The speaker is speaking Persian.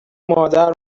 مادر